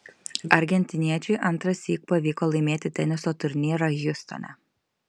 argentiniečiui antrąsyk pavyko laimėti teniso turnyrą hjustone